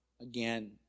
again